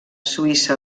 suïssa